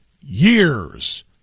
years